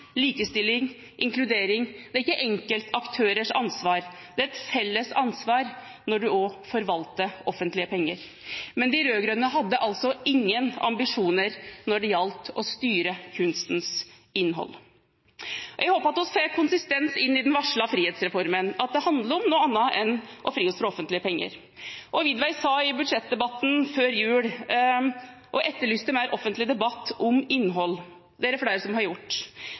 likestilling, inkludering – det er ikke enkeltaktørers ansvar, det er et felles ansvar når en også forvalter offentlige penger. Men de rød-grønne hadde ingen ambisjoner når det gjaldt å styre kunstens innhold. Jeg håper at vi får konsistens i den varslede frihetsreformen – at det handler om noe annet enn å fri oss fra offentlige penger. Og statsråd Widvey etterlyste i budsjettdebatten før jul mer offentlig debatt om innhold. Det er det flere som har gjort.